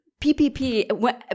PPP